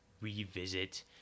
revisit